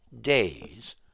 days